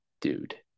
dude